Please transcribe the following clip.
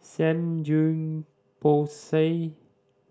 Samgeyopsal